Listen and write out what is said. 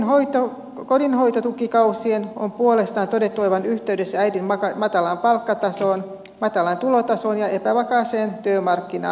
pitkien kotihoidontukikausien on puolestaan todettu olevan yhteydessä äidin matalaan palkkatasoon matalaan tulotasoon ja epävakaaseen työmarkkina asemaan